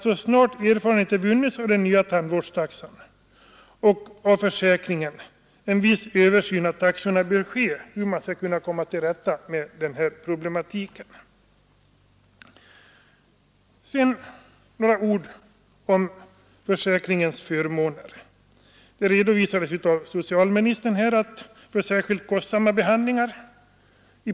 Så snart erfarenheter vunnits av den nya tandvårdstaxan och av försäkringen bör därför en viss översyn av taxorna ske. Så några ord om försäkringens förmåner. I princip betalar patienten och försäkringen hälften var för tandbehandlingar.